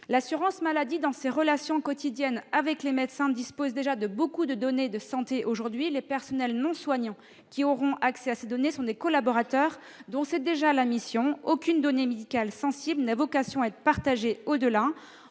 Du fait de ses relations quotidiennes avec les médecins, l'assurance maladie dispose déjà de beaucoup de données de santé. Les personnels non soignants qui auront accès à ces données sont des collaborateurs dont c'est déjà la mission. Aucune donnée médicale sensible n'a vocation à être partagée au-delà.